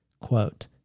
Quote